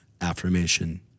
affirmation